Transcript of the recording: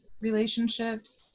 relationships